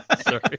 Sorry